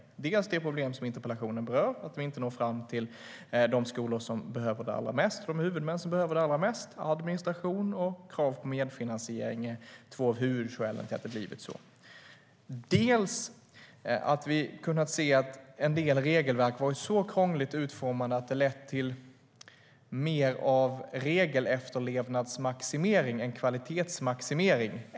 För det första finns det problem interpellationen berör, det vill säga att vi inte når fram till de skolor och huvudmän som behöver det allra mest. Administration och krav på medfinansiering är två av huvudskälen till att det har blivit så. För det andra har vi kunnat se att en del regelverk har varit så krångligt utformade att det har lett till mer av regelefterlevnadsmaximering än kvalitetsmaximering.